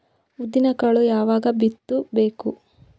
ಉದ್ದಿನಕಾಳು ಯಾವಾಗ ಬಿತ್ತು ಬೇಕು?